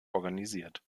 organisiert